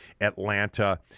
Atlanta